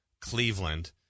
Cleveland